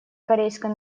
корейской